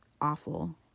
awful